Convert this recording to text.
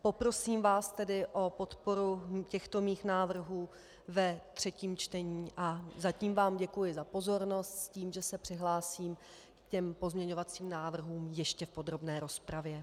Poprosím vás tedy o podporu těchto mých návrhů ve třetím čtení a zatím vám děkuji za pozornost s tím, že se přihlásím k pozměňovacím návrhům ještě v podrobné rozpravě.